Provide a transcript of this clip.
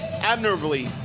admirably